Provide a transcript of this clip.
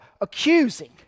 accusing